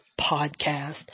Podcast